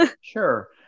Sure